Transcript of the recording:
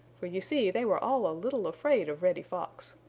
for you see they were all a little afraid of reddy fox.